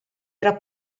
era